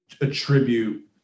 attribute